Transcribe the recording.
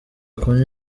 kunywa